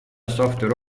software